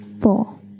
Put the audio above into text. four